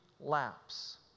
laps